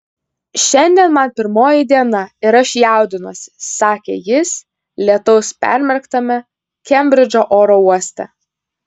šiandien man pirmoji diena ir aš jaudinuosi sakė jis lietaus permerktame kembridžo oro uoste